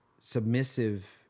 submissive